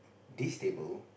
this table